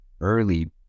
early